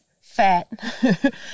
fat